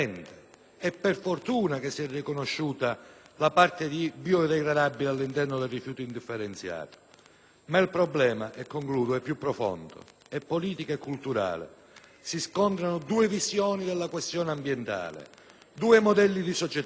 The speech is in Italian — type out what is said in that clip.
E per fortuna si è riconosciuta la parte di biodegradabile all'interno del rifiuto indifferenziato. Ma il problema è più profondo: è politico e culturale. Si scontrano due visioni della questione ambientale, due modelli di società.